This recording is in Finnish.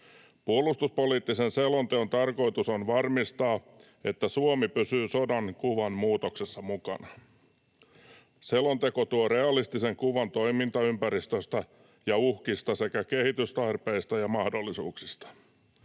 Puolustuspoliittisen selonteon tarkoitus on varmistaa, että Suomi pysyy sodan kuvan muutoksessa mukana. Selonteko tuo realistisen kuvan toimintaympäristöstä ja uhkista sekä kehitystarpeista ja -mahdollisuuksista.